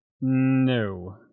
No